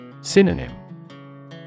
Synonym